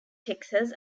texas